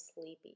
sleepy